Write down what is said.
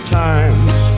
times